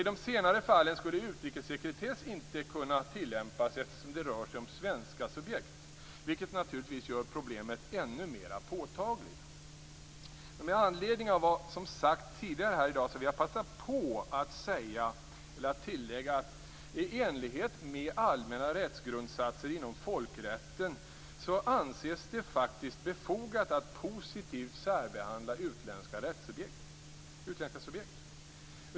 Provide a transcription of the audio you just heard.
I de senare fallen skulle utrikessekretess inte kunna tillämpas, eftersom det rör sig om svenska subjekt, vilket naturligtvis gör problemet ännu mera påtagligt. Med anledning av det som har sagts här tidigare i dag vill jag passa på att tillägga att i enlighet med allmänna rättsgrundsatser inom folkrätten anses det faktiskt befogat att positivt särbehandla utländska subjekt.